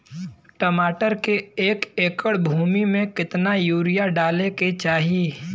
टमाटर के एक एकड़ भूमि मे कितना यूरिया डाले के चाही?